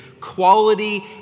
quality